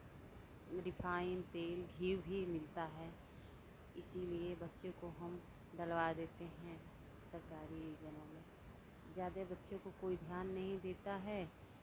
refine तेल घी भी मिलता है इसीलिए बच्चे को हम डलवा देते हैं सरकारी जगहों में ज़्यादे बच्चे को कोई ध्यान नहीं देता है